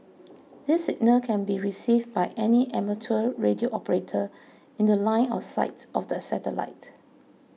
this signal can be received by any amateur radio operator in The Line of sight of the satellite